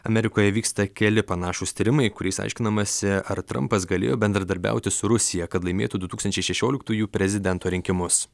amerikoje vyksta keli panašūs tyrimai kuriais aiškinamasi ar trampas galėjo bendradarbiauti su rusija kad laimėtų du tūkstančiai šešioliktųjų prezidento rinkimus